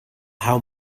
how